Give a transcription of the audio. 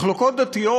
מחלוקות דתיות,